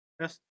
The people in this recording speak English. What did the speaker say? Yes